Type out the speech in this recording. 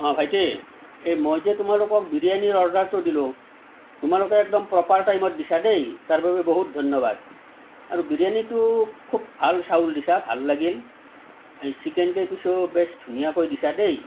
অ' ভাইটি এই মই যে তোমালোকক বিৰিয়ানীৰ অৰ্ডাৰটো দিলোঁ তোমালোকে একদম প্ৰ'পাৰ টাইমত দিছা দেই তাৰ বাবে বহুত ধন্য়বাদ আৰু বিৰিয়ানীটো খুব ভাল চাউল দিছা ভাল লাগিল এই চিকেন কেইপিছো বেছ ধুনীয়াকৈ দিছা দেই